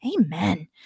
Amen